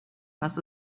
was